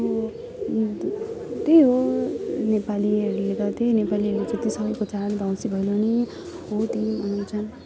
अब त्यही हो नेपालीहरूले गर्थ्ये नेपालीहरू चाहिँ त्यसमै देउसी भैलो नै निक्ली हुन्छन्